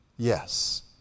Yes